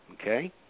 okay